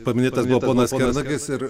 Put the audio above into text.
paminėtas buvo ponas kernagis ir